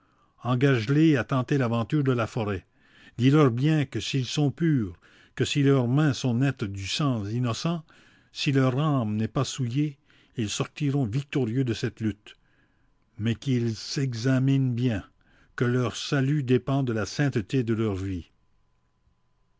les à tenter l'aventure de la forêt dis leur bien que s'ils sont purs que si leurs mains sont nettes du sang innocent si leur âme n'est pas souillée ils sortiront victorieux de cette lutte mais qu'ils s'examinent bien que leur salut dépend de la sainteté de leur vie